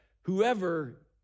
whoever